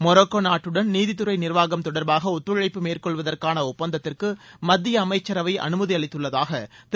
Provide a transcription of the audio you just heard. Morocco நாட்டுடன் நீதித்துறை நிர்வாகம் தொடர்பாக ஒத்துழைப்பு மேற்கொள்வதற்கான ஒப்பந்தத்திற்கு மத்திய அமைச்சரவை அனுமதி அளித்துள்ளதாக திரு